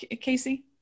casey